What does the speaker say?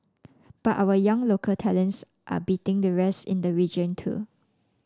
but our young local talents are beating the rest in the region too